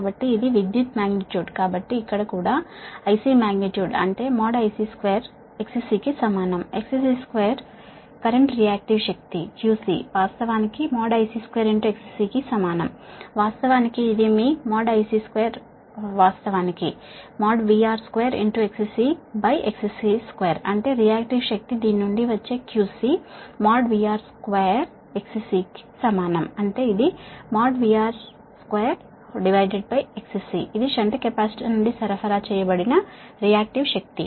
కాబట్టి ఇది విద్యుత్ మాగ్నిట్యూడ్ కాబట్టి ఇక్కడ కూడా IC మాగ్నిట్యూడ్ అంటే IC2 XCకి సమానం XC2 ప్రస్తుతం రియాక్టివ్ పవర్ QC వాస్తవానికి IC2 XC కి సమానం వాస్తవానికి ఇది మీ ఈ IC2 వాస్తవానికి VR2XCXC2 అంటే రియాక్టివ్ పవర్ దీని నుండి వచ్చే QC VR2 XC కు సమానం అంటే ఇది VR2XC ఇది షంట్ కెపాసిటర్ నుండి సరఫరా చేయబడిన రియాక్టివ్ పవర్